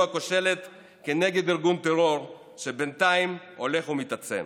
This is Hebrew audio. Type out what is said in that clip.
הכושלת כנגד ארגון טרור שבינתיים הולך ומתעצם.